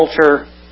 culture